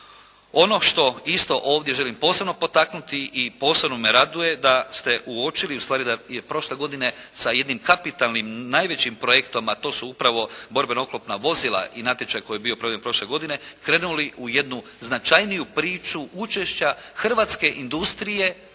Ono što isto ovdje želim posebno potaknuti i posebno me raduje da ste uočili ustvari da je prošle godine sa jednim kapitalnim najvećim projektom, a to su upravo borbena oklopna vozila i natječaj koji je bio proveden prošle godine, krenuli u jednu značajniju priču učešća hrvatske industrije